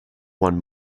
one